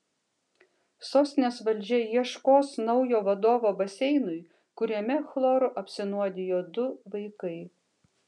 sostinės valdžia ieškos naujo vadovo baseinui kuriame chloru apsinuodijo du vaikai